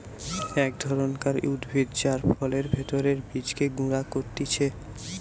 এক ধরণকার উদ্ভিদ যার ফলের ভেতরের বীজকে গুঁড়া করতিছে